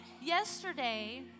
Yesterday